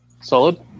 Solid